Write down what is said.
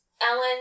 Ellen